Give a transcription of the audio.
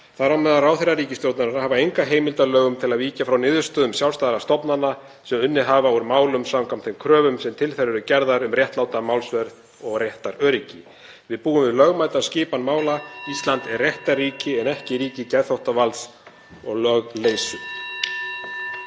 þar á meðal ráðherrar ríkisstjórnarinnar, hafa enga heimild að lögum til að víkja frá niðurstöðum sjálfstæðra stofnana sem unnið hafa úr málum samkvæmt þeim kröfum sem til þeirra eru gerðar um réttláta málsmeðferð og réttaröryggi. Við búum við lögmæta skipan mála. (Forseti hringir.) Ísland er réttarríki en ekki ríki geðþóttavalds og lögleysu.